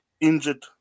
injured